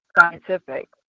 scientific